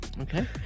Okay